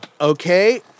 Okay